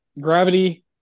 gravity